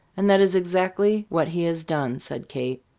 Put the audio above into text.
and that is exactly what he has done, said kate.